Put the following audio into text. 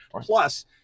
Plus